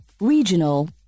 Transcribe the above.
regional